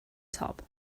top